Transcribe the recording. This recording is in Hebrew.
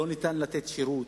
אי-אפשר לתת שירות,